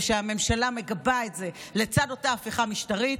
וכשהממשלה מגבה את זה לצד אותה הפיכה משטרית,